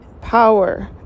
power